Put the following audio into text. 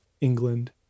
england